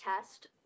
test